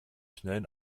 schnellen